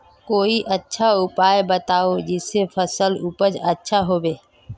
कोई अच्छा उपाय बताऊं जिससे फसल उपज अच्छा होबे